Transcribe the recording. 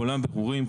כולם ברורים,